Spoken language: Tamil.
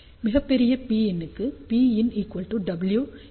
மிகப்பெரிய Pin க்கு Pin wexp −G